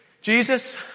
Jesus